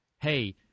hey